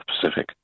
Pacific